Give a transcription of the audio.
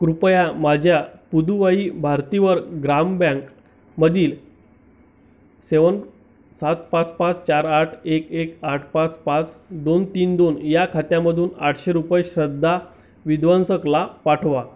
कृपया माझ्या पुदुवाई भारतियर ग्राम बँकमधील सेवन सात पाच पाच चार आठ एक एक आठ पाच पाच दोन तीन दोन या खात्यामधून आठशे रुपये श्रद्धा विद्वंसला पाठवा